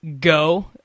go